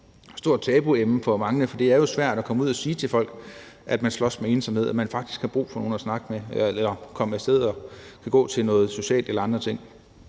stort tabuemne for mange, for det er jo svært at komme ud og sige til folk, at man slås med ensomhed, og at man faktisk har brug for nogen at snakke med eller at komme af sted og gå til noget socialt eller andre ting.